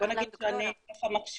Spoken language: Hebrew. בוא נגיד שאני מקשיבה,